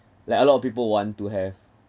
like a lot of people want to have